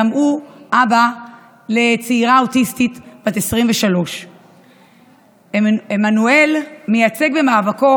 אבא לצעירה אוטיסטית בת 23. עמנואל מייצג במאבקו